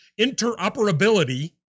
interoperability